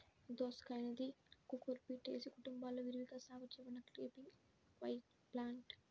దోసకాయఅనేది కుకుర్బిటేసి కుటుంబంలో విరివిగా సాగు చేయబడిన క్రీపింగ్ వైన్ప్లాంట్